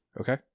Okay